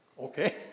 Okay